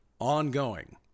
ongoing